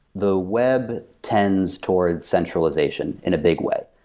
the web tends towards centralization in a big way.